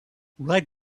right